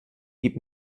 gib